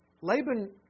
Laban